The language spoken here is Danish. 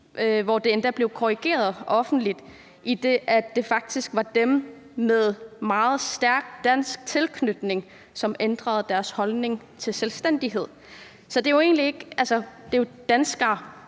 som endda blev korrigeret offentligt, idet det faktisk var dem med meget stærk dansk tilknytning, som ændrede deres holdning til selvstændighed. Så det er jo danskere, der ændrer